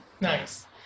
Nice